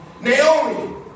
Naomi